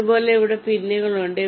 അതുപോലെ ഇവിടെ പിന്നുകൾ ഉണ്ട്